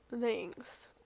Thanks